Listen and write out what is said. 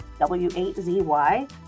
W8ZY